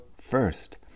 first